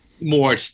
more